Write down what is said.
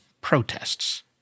protests